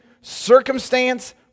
circumstance